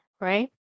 right